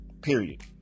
period